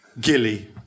Gilly